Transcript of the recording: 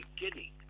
beginning